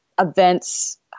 events